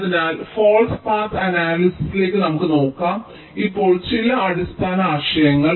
അതിനാൽ false path അനാലിസിസിലേക് നമുക്ക് നോക്കാം ഇപ്പോൾ ചില അടിസ്ഥാന ആശയങ്ങൾ